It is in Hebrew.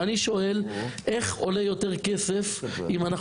אני שואל איך עולה יותר כסף אם אנחנו